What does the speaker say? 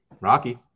Rocky